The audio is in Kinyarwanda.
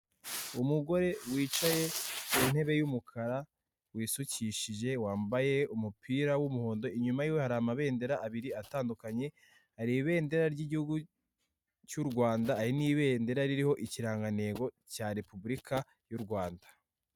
Abantu benshi bahagaze, harimo abagabo n'abagore, bambaye imyenda itandukanye, hejuru yabo hari icyapa cyanditseho amagambo afite ibara ritukura rya koperative,...